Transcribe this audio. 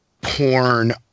porn